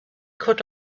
could